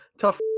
tough